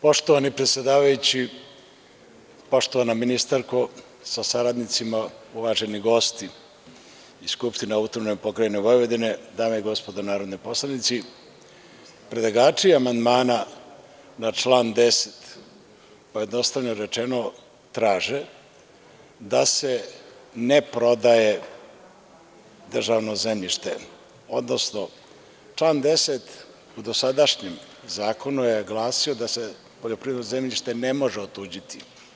Poštovani predsedavajući, poštovana ministarko sa saradnicima, uvaženi gosti iz Skupštine AP Vojvodine, dame i gospodo narodni poslanici, predlagači amandmana na član 10. pojednostavljeno rečeno traže da se ne prodaje državno zemljište, odnosno član 10. u dosadašnjem zakonu je glasio da se poljoprivredno zemljište ne može otuđiti.